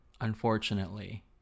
unfortunately